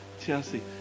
Chelsea